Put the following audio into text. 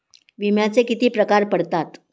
विम्याचे किती प्रकार पडतात?